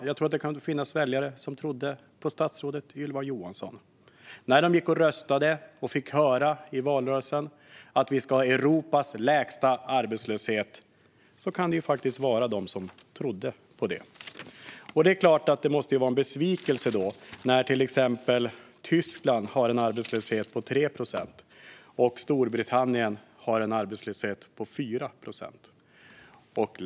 Jag tror att det kan finnas väljare som trodde på statsrådet Ylva Johansson när de gick och röstade. I valrörelsen fick de höra att vi ska ha Europas lägsta arbetslöshet, och det kan faktiskt finnas de som trodde på det. Då är det klart att det måste vara en besvikelse när till exempel Tyskland har en arbetslöshet på 3 procent och Storbritannien har en arbetslöshet på 4 procent.